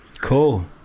Cool